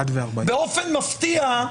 באופן מפתיע,